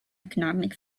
economic